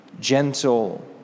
gentle